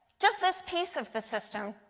just this piece of the system,